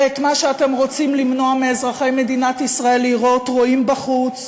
ואת מה שאתם רוצים למנוע מאזרחי מדינת ישראל לראות רואים בחוץ,